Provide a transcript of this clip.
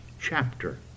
chapter